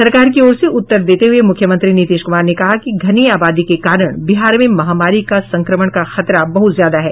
सरकार की ओर से उत्तर देते हुये मुख्यमंत्री नीतीश कुमार ने कहा कि घनी आबादी के कारण बिहार में महामारी के संक्रमण का खतरा बहुत ज्यादा है